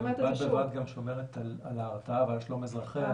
אבל בד בבד גם שומרת על ההרתעה ועל שלום אזרחיה.